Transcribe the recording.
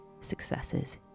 successes